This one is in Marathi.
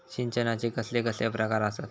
सिंचनाचे कसले कसले प्रकार आसत?